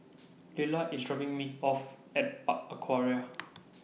Lyla IS dropping Me off At Park Aquaria